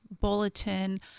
bulletin